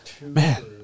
Man